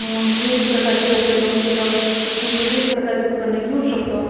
मग विविध प्रकारचे रोपे लावून त्याच्यापासून विविध प्रकारचे उत्पन्न घेऊ शकतो